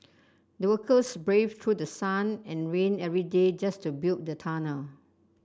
the workers braved through sun and rain every day just to build the tunnel